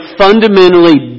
fundamentally